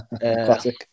Classic